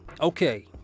Okay